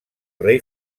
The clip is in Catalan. rei